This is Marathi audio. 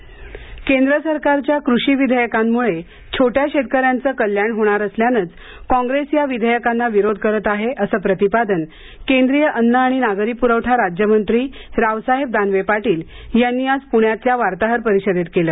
दानवे केंद्र सरकारच्या कृषी विधेयकांमुळे छोट्या शेतकऱ्यांचं कल्याण होणार असल्यानंच काँप्रेस या विधेयकांना विरोध करत आहे असं प्रतिपादन केंद्रीय अन्न आणि नागरी पूरवठा राज्यमंत्री रावसाहेब दानवे पाटील यांनी आज पृण्यातल्या वार्ताहर परिषदेत केलं